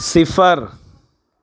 صفر